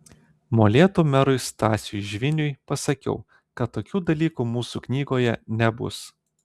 molėtų merui stasiui žviniui pasakiau kad tokių dalykų mūsų knygoje nebus